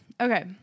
okay